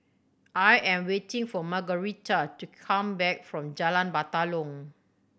I am waiting for Margueritta to come back from Jalan Batalong